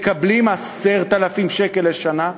מקבלים 10,000 שקל לשנה,